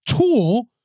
tool